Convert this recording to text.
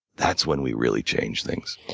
that's when we really change things.